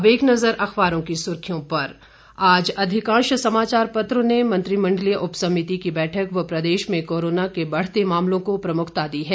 अब एक नजर अखबारों की सुर्खियों पर आज अधिकांश समाचार पत्रों ने मंत्रिमण्डलीय उप समिति की बैठक व प्रदेश में कोरोना के बढ़ते मामले को प्रमुखता दी है